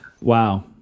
Wow